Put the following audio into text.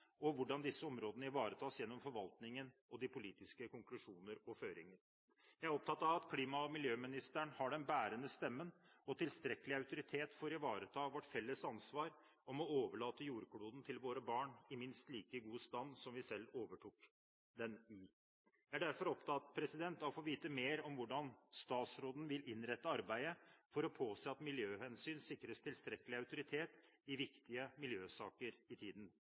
og klima reiser, og hvordan disse områdene ivaretas gjennom forvaltningen og de politiske konklusjoner og føringer. Jeg er opptatt av at klima- og miljøministeren har den bærende stemmen og tilstrekkelig autoritet til å ivareta vårt felles ansvar om å overlate jordkloden til våre barn i minst like god stand som vi selv overtok den i. Jeg er derfor opptatt av å få vite mer om hvordan statsråden vil innrette arbeidet for å påse at miljøhensyn sikres tilstrekkelig autoritet i viktige miljøsaker i tiden